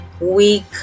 week